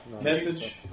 Message